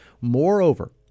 Moreover